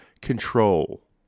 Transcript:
control